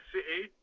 City